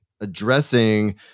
addressing